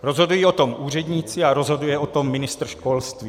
Rozhodují o tom úředníci a rozhoduje o tom ministr školství.